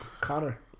Connor